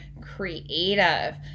creative